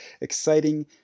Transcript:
exciting